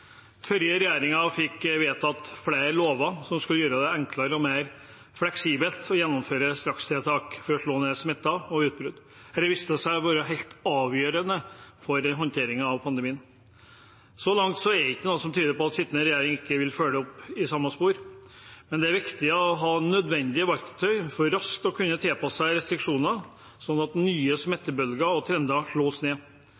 forrige regjeringen fikk vedtatt flere lover som skal gjøre det enklere og mer fleksibelt å gjennomføre strakstiltak for å slå ned smitten og utbrudd av den. Dette viste seg å være helt avgjørende for håndteringen av pandemien. Så langt er det ikke noe som tyder på at den sittende regjeringen ikke vil følge det opp i samme spor, men det er viktig å ha nødvendige verktøy for raskt å kunne tilpasse seg restriksjoner, slik at nye